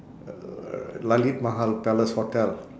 uh lalitha mahal palace hotel